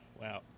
Wow